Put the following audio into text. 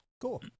Cool